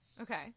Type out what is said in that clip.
Okay